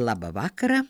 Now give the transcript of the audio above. labą vakarą